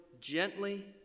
gently